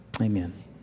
Amen